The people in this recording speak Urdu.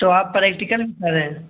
تو آپ پریکٹیکل پڑھیں